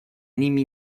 nimi